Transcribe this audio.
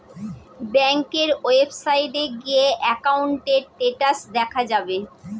ব্যাঙ্কের ওয়েবসাইটে গিয়ে একাউন্টের স্টেটাস দেখা যাবে